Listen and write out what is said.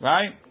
Right